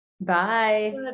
Bye